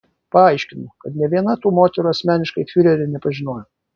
paaiškinu kad nė viena tų moterų asmeniškai fiurerio nepažinojo